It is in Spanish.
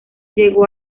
llegó